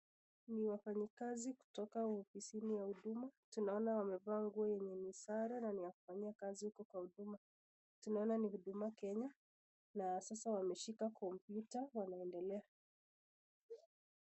Ni wafanyi kazi kutoka ofisini ya huduma, wamevaa nguo yenye ni sare ya kufanyia kazi huko. Tunaona ni huduma kenya wameshika computer na wanaendelea.